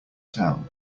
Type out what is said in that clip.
town